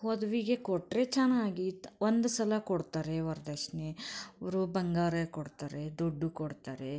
ವಧುವಿಗೆ ಕೊಟ್ಟರೆ ಚೆನ್ನಾಗಿತ್ ಒಂದು ಸಲ ಕೊಡ್ತಾರೆ ವರ್ದಕ್ಷಿಣೆ ಅವರು ಬಂಗಾರ ಕೊಡ್ತಾರೆ ದುಡ್ಡು ಕೊಡ್ತಾರೆ